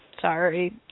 Sorry